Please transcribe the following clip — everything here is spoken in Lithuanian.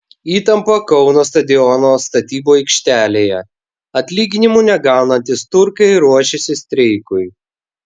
įtampa kauno stadiono statybų aikštelėje atlyginimų negaunantys turkai ruošiasi streikui